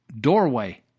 doorway